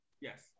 yes